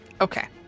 Okay